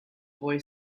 boy